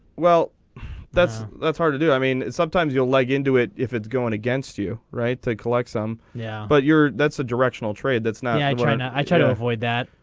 well that's that's hard to do i mean it's sometimes you'll like into it if it's going against you right they collect some. yeah but you're that's a directional trade that's not yeah right now i try to avoid that.